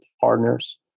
partners